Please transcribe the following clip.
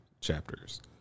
chapters